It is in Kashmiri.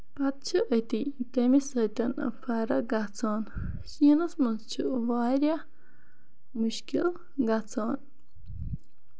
پَتہٕ چھِ أتی تَمہِ سۭتۍ فرق گژھان سیٖنَس منٛز چھُ واریاہ مُشکِل گژھان